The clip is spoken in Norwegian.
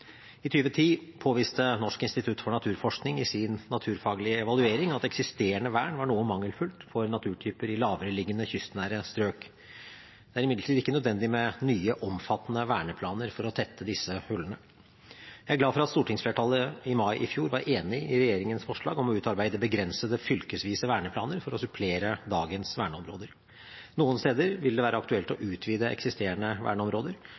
I 2010 påviste Norsk institutt for naturforskning i sin naturfaglige evaluering at eksisterende vern var noe mangelfullt for naturtyper i lavereliggende, kystnære strøk. Det er imidlertid ikke nødvendig med nye, omfattende verneplaner for å tette disse hullene. Jeg er glad for at stortingsflertallet i mai i fjor var enig i regjeringens forslag om å utarbeide begrensede, fylkesvise verneplaner for å supplere dagens verneområder. Noen steder vil det være aktuelt å utvide eksisterende verneområder,